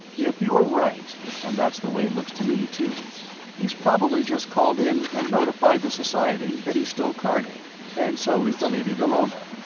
if you're right and that's the way it looks to me, too he's probably just called in and notified the society that he's still carnate and so is the lady dallona,